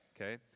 okay